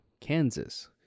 Kansas